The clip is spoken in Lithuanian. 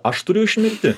aš turiu išmirti